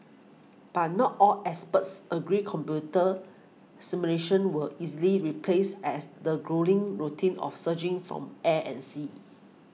but not all experts agree computer simulations will easily replace as the gruelling routine of searching from air and sea